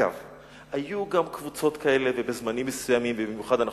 היו גם קבוצות כאלה, ובזמנים מסוימים,